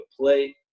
play